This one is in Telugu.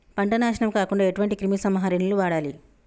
పంట నాశనం కాకుండా ఎటువంటి క్రిమి సంహారిణిలు వాడాలి?